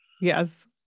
Yes